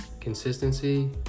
Consistency